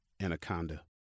Anaconda